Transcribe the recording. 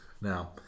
Now